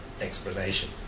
explanation